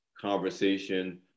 conversation